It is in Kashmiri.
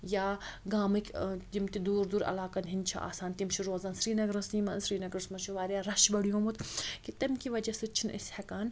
یا گامٕکۍ ٲں یِم تہِ دوٗر دوٗر علاقَن ہنٛدۍ چھِ آسان تِم چھِ روزان سرینگرَسٕے منٛز سرینگرَس منٛز چھُ واریاہ رَش بَڑھیٛومُت کہِ تَمہِ کہِ وَجہ سۭتۍ چھِنہٕ أسۍ ہیٚکان